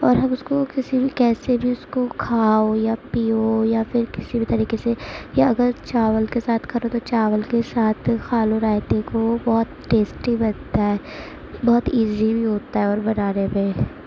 اور ہم اس کو کسی بھی کیسے بھی اس کو کھاؤ یا پیو یا پھر کسی بھی طریقے سے یا اگر چاول کے ساتھ کھا لو تو چاول کے ساتھ کھا لو رائتے کو بہت ٹیسٹی لگتا ہے بہت ایزی بھی ہوتا ہے اور بنانے میں